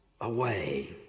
away